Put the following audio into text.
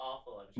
awful